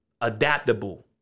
adaptable